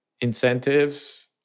incentives